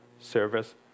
service